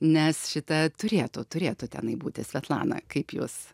nes šita turėtų turėtų tenai būti svetlana kaip jūs